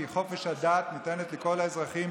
כי חופש הדת ניתן לכל האזרחים,